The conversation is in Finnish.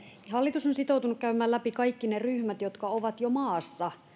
hallitus on sitoutunut käymään läpi kaikki ne ryhmät jotka ovat jo maassa